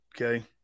okay